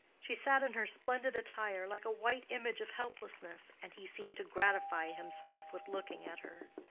she sat in her splendid attire, like a white image of helplessness, and he seemed to gratify himself with looking at her.